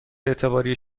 اعتباری